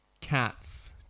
Cats